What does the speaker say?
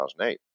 2008